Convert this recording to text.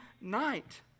night